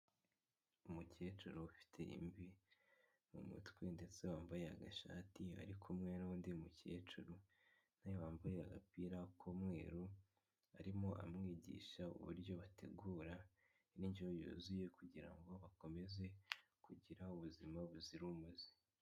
Umukecuru ufite imvi mu mutwe ndetse wambaye agashati ari kumwe n'undi mukecuru nawe wambaye agapira k'umweru, arimo amwigisha uburyo bategura indyo yuzuye kugira ngo bakomeze kugira ubuzima buzira umuze.